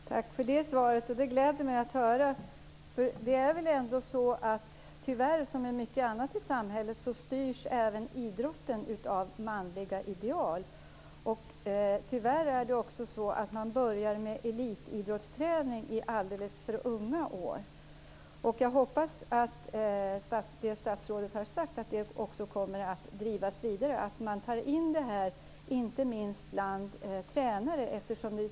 Fru talman! Tack för det svaret. Det gläder mig att höra. För det är väl ändå så att idrotten, precis som så mycket annat i samhället, tyvärr styrs av manliga ideal. Tyvärr börjar man också med elitidrottsträning i alldeles för unga år. Jag hoppas att det statsrådet har sagt också kommer att drivas vidare och nå ut inte minst till tränare.